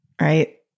right